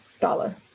dollar